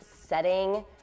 Setting